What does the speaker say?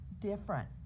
different